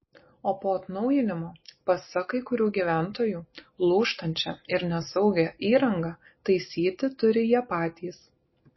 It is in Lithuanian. o po atnaujinimo pasak kai kurių gyventojų lūžtančią ir nesaugią įrangą taisyti turi jie patys